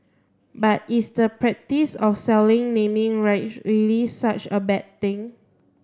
but is the practice of selling naming rights really such a bad thing